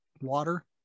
water